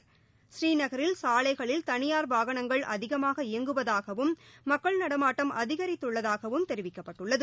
பூரீநகரில் சாலைகளில் தனியார் வாகனங்கள் அதிகமாக இயங்குவதாகவும் மக்கள் நடமாட்டம் அதிகரித்துள்ளதாகவும் தெரிவிக்கப்பட்டுள்ளது